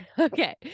Okay